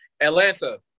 Atlanta